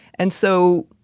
and so,